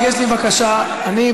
רק יש לי בקשה: אני,